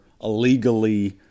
illegally